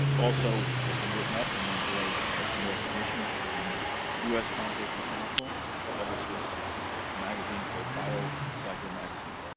also has been written up, and we enjoy some recognition. the us composting council publishes a magazine called biocycle so like ah magazine.